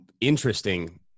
interesting